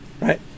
Right